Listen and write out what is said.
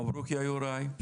מברוק יוראי.